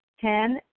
Ten